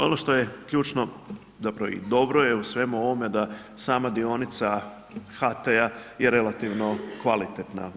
Ono što je ključno, zapravo i dobro je u svemu ovome da sama dionica HT-a je relativno kvalitetna.